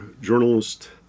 journalist